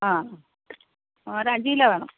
ആ ഒരഞ്ച് കിലോ വേണം